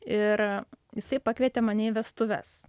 ir jisai pakvietė mane į vestuves